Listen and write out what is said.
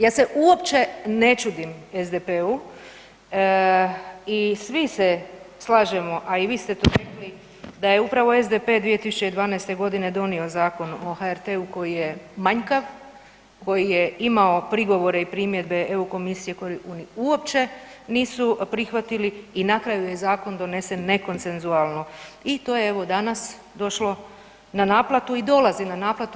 Ja se uopće ne čudim SDP-u i svi se slažemo, a vi ste tu rekli da je upravo SDP 2012. godine donio Zakon o HRT-u koji je manjkav, koji je imao prigovore i primjedbe EU komisije koje oni uopće nisu prihvatili i na kraju je zakon donesen ne konsensualno i to je evo danas došlo na naplatu i dolazi na naplatu.